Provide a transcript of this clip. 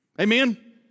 Amen